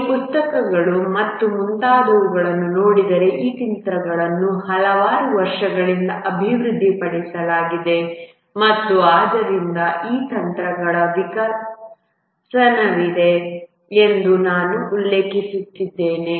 ನೀವು ಪುಸ್ತಕಗಳು ಮತ್ತು ಮುಂತಾದವುಗಳನ್ನು ನೋಡಿದರೆ ಈ ತಂತ್ರಗಳನ್ನು ಹಲವಾರು ವರ್ಷಗಳಿಂದ ಅಭಿವೃದ್ಧಿಪಡಿಸಲಾಗಿದೆ ಮತ್ತು ಆದ್ದರಿಂದ ಈ ತಂತ್ರಗಳ ವಿಕಸನವಿದೆ ಎಂದು ನಾನು ಉಲ್ಲೇಖಿಸುತ್ತಿದ್ದೇನೆ